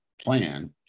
plan